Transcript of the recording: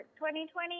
2020